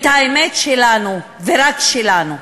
ואת האמת שלנו, ורק שלנו.